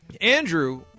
Andrew